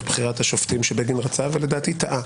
בחירת השופטים שבגין רצה ולדעתי טעה